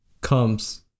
comes